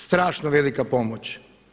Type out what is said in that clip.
Strašno velika pomoć!